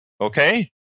Okay